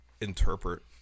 interpret